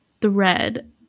thread